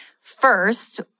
first